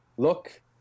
look